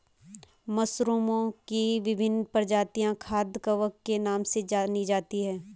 मशरूमओं की विभिन्न प्रजातियां खाद्य कवक के नाम से जानी जाती हैं